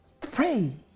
Pray